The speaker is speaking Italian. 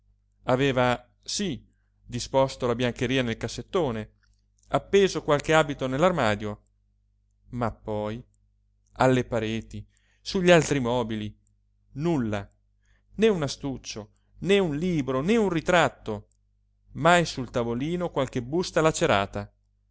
aveva sí disposto la biancheria nel cassettone appeso qualche abito nell'armadio ma poi alle pareti sugli altri mobili nulla né un astuccio né un libro né un ritratto mai sul tavolino qualche busta lacerata